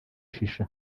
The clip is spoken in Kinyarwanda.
shisha